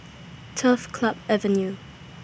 Turf Club Avenue